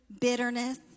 bitterness